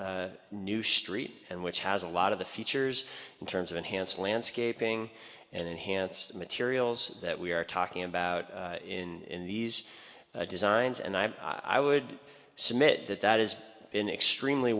new street and which has a lot of the features in terms of enhanced landscaping and enhanced materials that we are talking about in these designs and i i would submit that that has been extremely